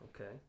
Okay